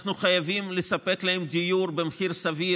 אנחנו חייבים לספק להן דיור במחיר סביר,